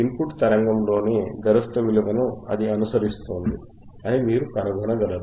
input తరంగము లోని గరిష్ట విలువను అది అనుసరిస్తోంది అని మీరు కనుగోనగలరు